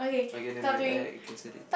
okay nevermind I I cancel it